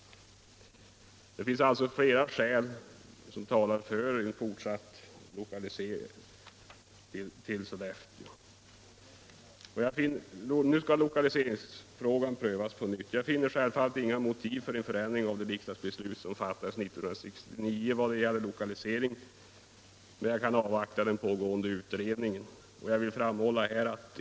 Det finns således flera skäl som talar för en fortsatt lokalisering till Sollefteå, men nu skall alltså lokaliseringsfrågan prövas på nytt. Självfallet finner jag inga motiv för en ändring av det riksdagsbeslut som fattades 1969 i vad gäller lokaliseringen, men jag kan avvakta den pågående utredningen.